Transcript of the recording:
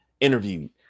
Interviewed